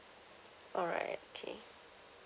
alright okay